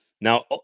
now